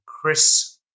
Chris